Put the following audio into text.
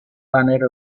bàner